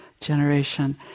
generation